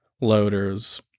loaders